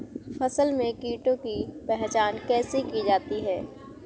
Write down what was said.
फसल में कीड़ों की पहचान कैसे की जाती है?